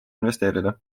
investeerida